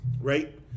Right